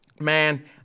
man